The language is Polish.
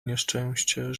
nieszczęście